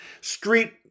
street